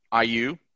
IU